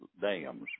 dams